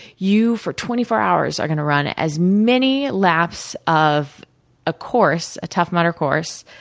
you, for twenty four hours, are gonna run as many laps of a course, a tough mudder course,